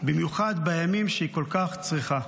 במיוחד בימים שהיא כל כך צריכה.